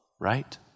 right